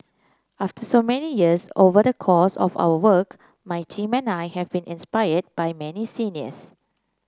after so many years over the course of our work my team and I have been inspired by many seniors